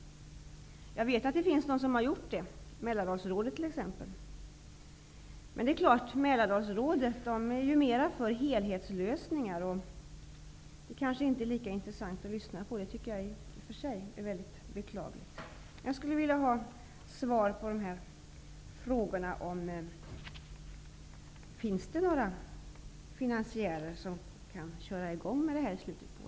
Jag vet att en del har gjort det, t.ex. Mälardalsrådet, men det är ju mera inriktat på helhetslösningar och är kanske inte lika intressant att lyssna på, vilket jag tycker är beklagligt. Jag skulle vilja ha svar på frågan om det finns några finansiärer som kan köra i gång med detta.